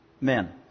men